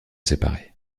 séparer